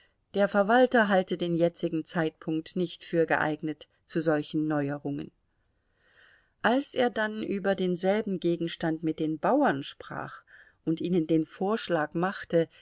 der verwalter halte den jetzigen zeitpunkt nicht für geeignet zu solchen neuerungen als er dann über denselben gegenstand mit den bauern sprach und ihnen den vorschlag machte